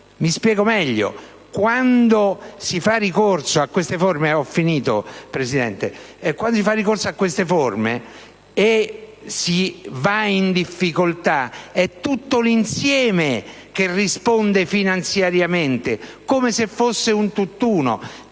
Mi spiego meglio: quando si fa ricorso a queste forme e ci si ritrova in difficoltà, tutto l'insieme risponde finanziariamente come se fosse un tutt'uno.